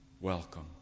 Welcome